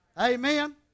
Amen